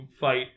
fight